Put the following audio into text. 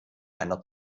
einer